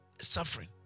suffering